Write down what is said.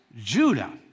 Judah